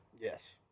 Yes